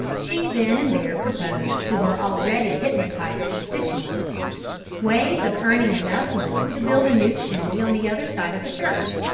she then and there proposed to her already hypnotized constituents ways of earning enough money to build a new chimney on the other side of the church.